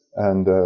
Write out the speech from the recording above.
and